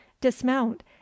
dismount